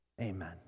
amen